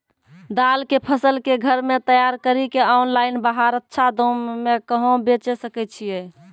दाल के फसल के घर मे तैयार कड़ी के ऑनलाइन बाहर अच्छा दाम मे कहाँ बेचे सकय छियै?